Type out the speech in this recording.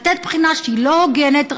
לתת בחינה שהיא לא הוגנת,